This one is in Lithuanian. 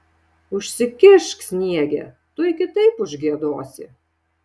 užsikišk sniege tuoj kitaip užgiedosi